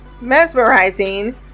mesmerizing